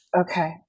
Okay